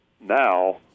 now